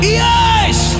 yes